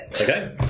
Okay